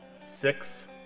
six